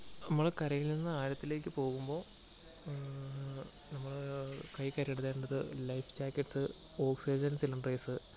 നമ്മൾ കരയിൽ നിന്ന് ആഴത്തിലേക്ക് പോകുമ്പോൾ നമ്മൾ കൈയിൽ കരുതേണ്ടത് ലൈഫ് ജാക്കറ്റ്സ് ഓക്സിജൻ സിലൻഡേഴ്സ്